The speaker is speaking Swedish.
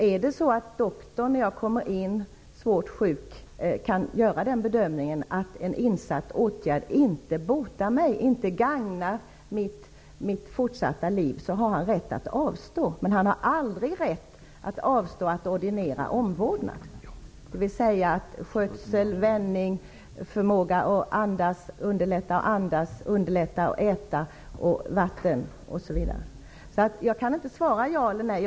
Är det så, att doktorn när det gäller en svårt sjuk människa kan göra den bedömningen att en insatt åtgärd inte vare sig botar sjukdomen eller gagnar det fortsatta livet, har han rätt att avstå att sätta in behandling. Men en läkare har aldrig rätt avstå från att ordinera omvårdnad, dvs. skötsel, vändning och underlättande av andning och ätning. Jag kan alltså inte svara ja eller nej.